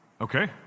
Okay